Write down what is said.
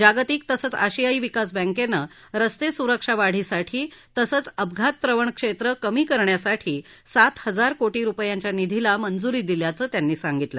जागतिक तसंच आशियाई विकास बँकेनं रस्ते सुरक्षा वाढीसाठी तसंच अपघातप्रवणं क्षेत्रं कमी करण्यासाठी सात हजार कोटी रुपयांच्या निधीला मंजूरी दिल्याचंही ते म्हणाले